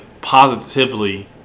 positively